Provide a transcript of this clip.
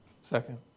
Second